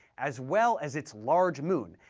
as well as its large moon,